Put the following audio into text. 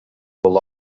боло